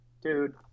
Dude